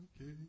okay